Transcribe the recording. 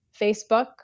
Facebook